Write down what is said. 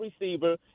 receiver